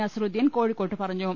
നസറുദ്ധീൻ കോഴിക്കോട്ട് പറഞ്ഞു